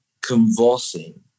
convulsing